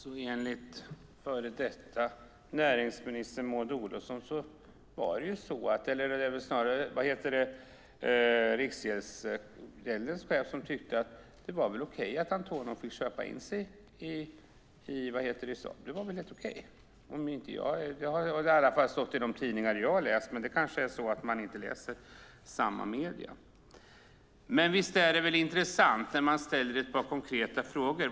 Herr talman! Det var väl Riksgäldens chef som tyckte att det var helt okej att Antonov fick köpa in sig i Saab. Det har i alla fall stått i de tidningar jag har läst, men vi kanske inte läser samma tidningar. Visst är det intressanta svar när man ställer ett par konkreta frågor.